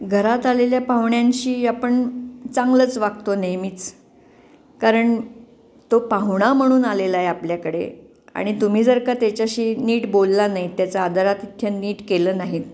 घरात आलेल्या पाहुण्यांशी आपण चांगलंच वागतो नेहमीच कारण तो पाहुणा म्हणून आलेला आहे आपल्याकडे आणि तुम्ही जर का त्याच्याशी नीट बोलला नाही त्याचं आदरातिथ्य नीट केलं नाहीत